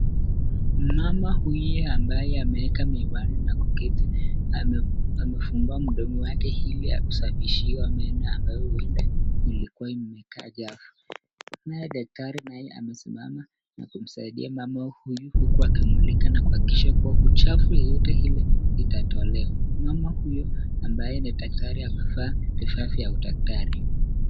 Mama huye ambaye ameweka miwani na kuketi amefungua mdomo wake ili ya kusafishiwa meno ambayo huenda ilikuwa imekaa chafu. Naye daktari naye amesimama nakumsaidia mama huyu huku akimulika na kuhakikisha uchafu yote ile itatolewa. Mama huyu ambaye ni daktari amevaa vifaa vya udaktari.